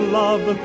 love